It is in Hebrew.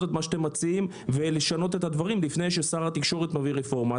מה שאתם מציעים ולשנות את הדברים לפני ששר התקשורת מביא רפורמה.